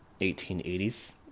1880s